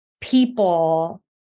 people